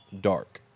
dark